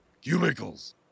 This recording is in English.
Cubicles